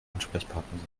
ansprechpartner